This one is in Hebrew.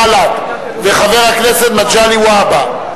בל"ד וחבר הכנסת מגלי והבה,